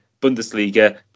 Bundesliga